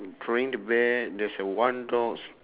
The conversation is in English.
throwing the bear there's a one dogs